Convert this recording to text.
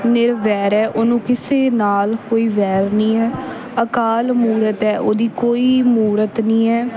ਨਿਰਵੈਰੁ ਹੈ ਉਹਨੂੰ ਕਿਸੇ ਨਾਲ ਕੋਈ ਵੈਰ ਨਹੀਂ ਹੈ ਅਕਾਲ ਮੂਰਤਿ ਹੈ ਉਹਦੀ ਕੋਈ ਮੂਰਤ ਨਹੀਂ ਹੈ